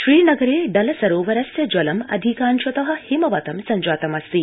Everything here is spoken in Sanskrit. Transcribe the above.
श्रीनगरे डल सरोवरस्य जलम् अधिकांशत हिमवतं सञ्जातमस्ति